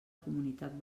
comunitat